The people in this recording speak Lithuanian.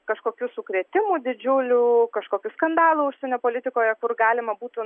kažkokių sukrėtimų didžiulių kažkokių skandalų užsienio politikoje kur galima būtų